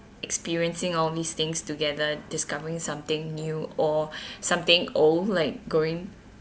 like experiencing all these things together discovering something new or something old like going